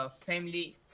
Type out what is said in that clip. family